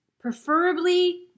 preferably